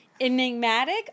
enigmatic